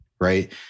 right